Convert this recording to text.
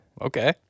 Okay